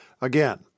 again